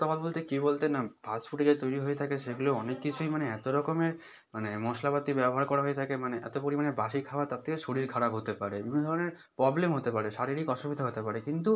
তফাত বলতে কী বলতে না ফাস্ট ফুডে যা তৈরি হয়ে থাকে সেগুলো অনেক কিছুই মানে এত রকমের মানে মশলাপাতি ব্যবহার করা হয়ে থাকে মানে এতো পরিমাণে বাসি খাবার তার থেকে শরীর খারাপ হতে পারে বিভিন্ন ধরনের প্রবলেম হতে পারে শারীরিক অসুবিধা হতে পারে কিন্তু